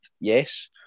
yes